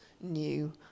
new